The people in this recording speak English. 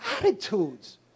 attitudes